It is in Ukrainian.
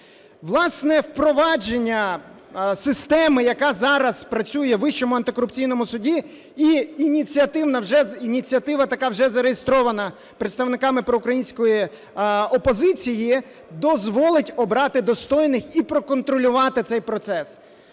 Власне, впровадження системи, яка зараз працює в Вищому антикорупційному суді, і ініціатива така вже зареєстрована представниками проукраїнської опозиції, дозволить обрати достойних і проконтролювати цей процес